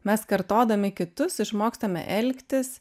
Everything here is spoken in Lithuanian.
mes kartodami kitus išmokstame elgtis